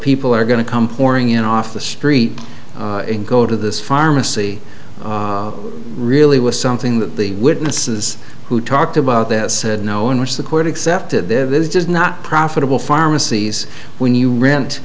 people are going to come pouring in off the street and go to this pharmacy really was something that the witnesses who talked about that said no in which the court accepted there's just not profitable pharmacies when you rent